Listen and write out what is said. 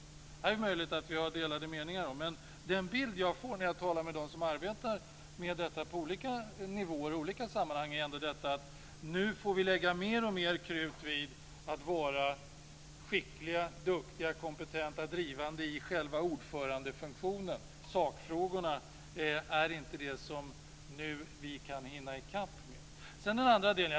Här är det möjligt att vi har delade meningar. Den bild jag får när jag talar med dem som arbetar med detta på olika nivåer och i olika sammanhang är: Nu får vi lägga alltmer krut vid att vara skickliga, duktiga, kompetenta och drivande i själva ordförandefunktionen. Sakfrågorna är inte det som vi nu kan hinna ikapp med. Sedan till den andra delen.